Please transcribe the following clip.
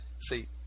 See